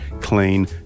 clean